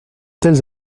telles